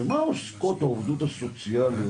במה עוסקות העובדות הסוציאליות,